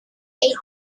eight